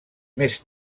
més